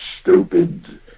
stupid